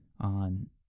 on